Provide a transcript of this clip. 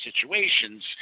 situations